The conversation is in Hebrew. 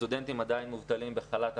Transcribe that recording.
הסטודנטים מובטלים ובחל"ת.